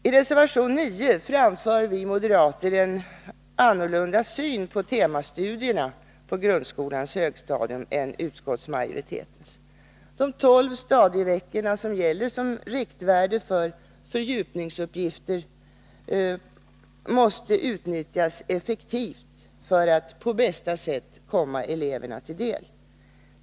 I reservation nr 9 framför vi moderater en annorlunda syn på temastudierna på grundskolans högstadium än den som utskottsmajoriteten har. De tolv stadieveckotimmar som gäller som riktvärde för fördjupningsuppgifter måste utnyttjas effektivt för att på bästa sätt komma eleverna till del.